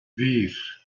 vier